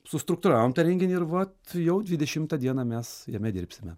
sustruktūravom tą renginį ir vat jau dvidešimtą dieną mes jame dirbsime